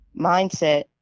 mindset